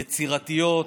יצירתיות,